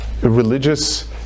religious